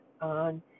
on